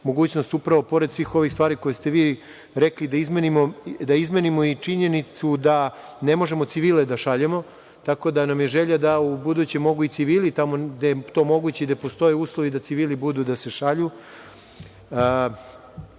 mogućnost, upravo pored svih ovih stvari koje ste vi rekli, da izmenimo i činjenicu da ne možemo civile da šaljemo, tako da nam je želja da ubuduće mogu i civili mogu tamo gde je to moguće i gde postoje uslovi da se civili